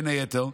בין היתר,